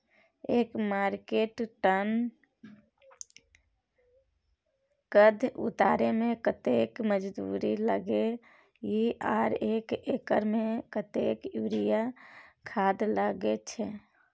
एक metric ton कद्दू उतारे में कतेक मजदूरी लागे इ आर एक एकर में कतेक यूरिया खाद लागे छै?